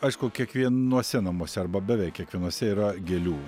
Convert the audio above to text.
aišku kiekvienuose namuose arba beveik kiekvienuose yra gėlių